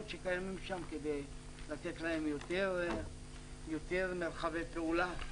שקיימות שם כדי לתת להם יותר מרחבי פעולה.